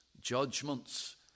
judgments